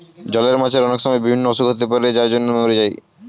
জলের মাছের অনেক সময় বিভিন্ন অসুখ হতে পারে যার জন্য তারা মোরে যায়